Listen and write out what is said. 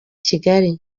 kigali